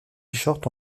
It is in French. shirt